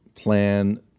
Plan